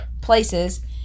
places